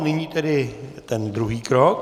Nyní tedy ten druhý krok.